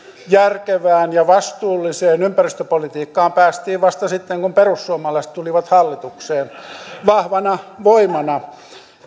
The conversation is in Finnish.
järkevään ja vastuulliseen ympäristöpolitiikkaan päästiin vasta sitten kun perussuomalaiset tulivat hallitukseen vahvana voimana